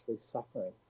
suffering